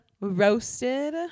roasted